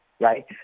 right